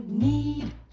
need